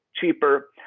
cheaper